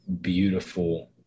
beautiful